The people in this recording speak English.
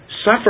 Suffer